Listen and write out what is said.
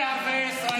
מה זה ערביי ישראל?